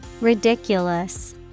Ridiculous